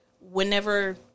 whenever